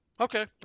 Okay